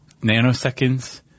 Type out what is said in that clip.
nanoseconds